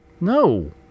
No